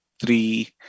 three